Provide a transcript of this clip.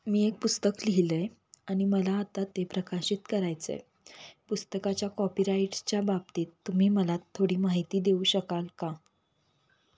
मी एक पुस्तक लिहिलं आहे आणि मला आता ते प्रकाशित करायचं आहे पुस्तकाच्या कॉपीराइट्सच्या बाबतीत तुम्ही मला थोडी माहिती देऊ शकाल का